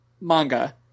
manga